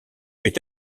est